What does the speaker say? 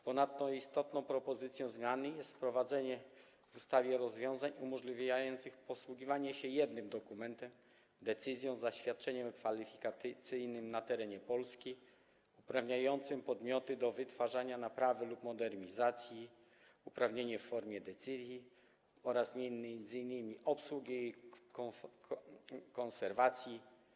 Ponadto istotną propozycją zmiany jest wprowadzenie w ustawie rozwiązań umożliwiających posługiwanie się jednym dokumentem - decyzją, zaświadczeniem kwalifikacyjnym - na terenie Polski uprawniającym podmioty do wytwarzania, naprawy lub modernizacji (uprawnienie w formie decyzji) oraz m.in. obsługi i konserwacji.